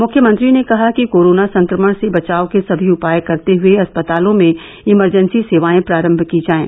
मुख्यमंत्री ने कहा कि कोरोना संक्रमण से बचाव के सभी उपाय करते हुए अस्पतालों में इमरजेंसी सेवाएं प्रारंभ की जाएं